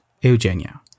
Eugenia